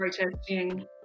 protesting